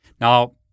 Now